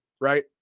right